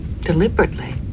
Deliberately